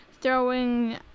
throwing